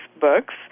books